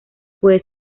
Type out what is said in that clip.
puede